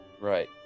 Right